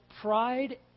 pride